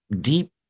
deep